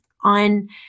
on